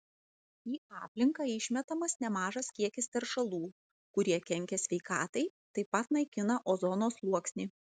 į aplinką išmetamas nemažas kiekis teršalų kurie kenkia sveikatai taip pat naikina ozono sluoksnį